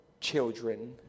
children